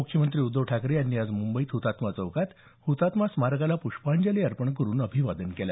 मुख्यमंत्री उध्दव ठाकरे यांनी आज मुंबईत हुतात्मा चौकात हुतात्मा स्मारकाला पुष्पांजली अर्पण करून अभिवादन केलं